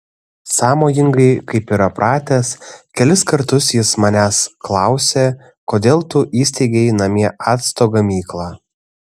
sąmojingai kaip yra pratęs kelis kartus jis manęs klausė kodėl tu įsteigei namie acto gamyklą